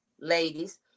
ladies